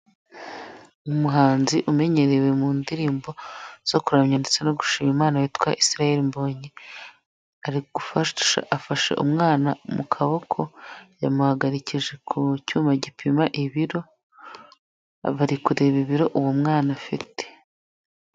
Umuhanzi umenyerewe mu ndirimbo zo kuramya ndetse no gushima Imana witwa Israel Mbonyi, afashe umwana mu kaboko yamuhagarikije ku cyuma gipima ibiro, bari kureba ibiro uwo mwana afite.